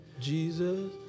Jesus